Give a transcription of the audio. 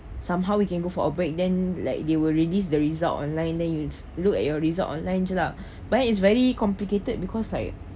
somehow we can go for our break then like they will release the result online then you look at your result online jer lah but then it's very complicated because like